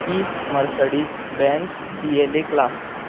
E Mercedes Benz C L A class